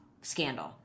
scandal